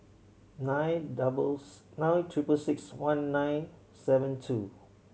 nine doubles nine triple six one nine seven two